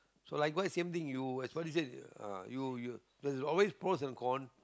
so likewise same thing you as what you said you ah there's always pros and cons